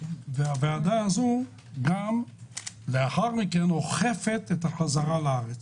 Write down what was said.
לאחר מכן הוועדה הזאת גם אוכפת את החזרה לארץ.